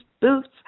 boots